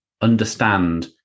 understand